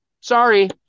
Sorry